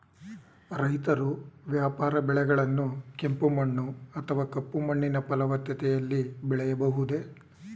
ರೈತರು ವ್ಯಾಪಾರ ಬೆಳೆಗಳನ್ನು ಕೆಂಪು ಮಣ್ಣು ಅಥವಾ ಕಪ್ಪು ಮಣ್ಣಿನ ಫಲವತ್ತತೆಯಲ್ಲಿ ಬೆಳೆಯಬಹುದೇ?